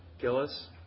Gillis